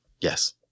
Yes